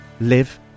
live